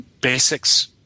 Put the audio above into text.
Basics